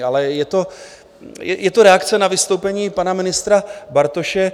Ale je to reakce na vystoupení pana ministra Bartoše.